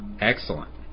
Excellent